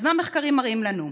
מה המחקרים מראים לנו?